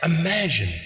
Imagine